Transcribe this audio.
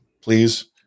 please